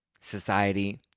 society